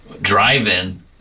drive-in